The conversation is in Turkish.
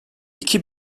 iki